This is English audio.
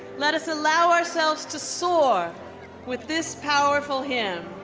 let us allow ourselves to soar with this powerful hymn.